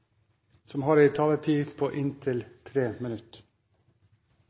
og har ei taletid på inntil 30 minutt.